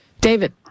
David